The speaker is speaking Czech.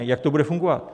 Jak to bude fungovat?